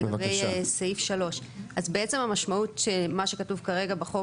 לגבי סעיף 3. אז בעצם המשמעות של מה שכתוב כרגע בחוק